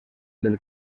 del